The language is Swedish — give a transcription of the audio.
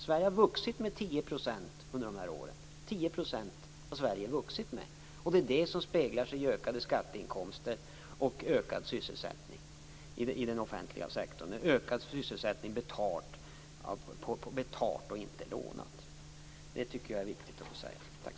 Sverige har växt med 10 % under de här åren. Det är det som avspeglas i ökade skatteinkomster och ökad sysselsättning inom den offentliga sektorn - alltså en ökad sysselsättning som är betald, som inte bygger på lånade pengar.